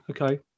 Okay